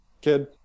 kid